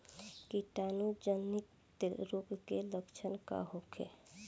कीटाणु जनित रोग के लक्षण का होखे?